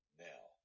now